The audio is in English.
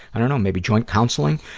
i dunno, maybe joint counseling.